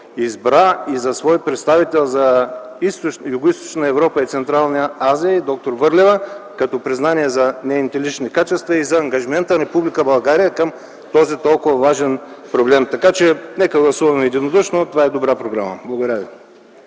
избра за свой представител за Югоизточна Европа и Централна Азия д-р Върлева като признание за нейните лични качества и за ангажимента на Република България към този толкова важен проблем, така че нека да гласуваме единодушно. Това е една добра програма. Благодаря ви.